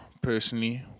personally